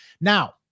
Now